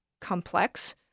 complex